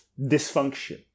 dysfunction